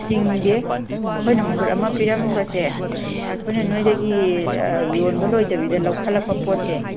ꯇꯤꯡꯗꯦ ꯑꯩꯈꯣꯏꯅ ꯃꯍꯨꯠ ꯑꯃ ꯄꯤꯔꯝꯕꯁꯦ ꯑꯩꯈꯣꯏꯅ ꯅꯣꯏꯗꯒꯤ ꯌꯣꯟꯕ ꯂꯣꯏꯗꯕꯤꯗ ꯂꯧꯈꯠꯂꯛꯄ ꯄꯣꯠꯁꯦ